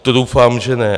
To doufám, že ne.